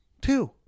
Two